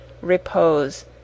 repose